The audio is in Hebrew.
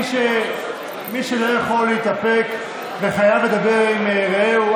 מי שלא יכול להתאפק וחייב לדבר עם רעהו,